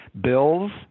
bills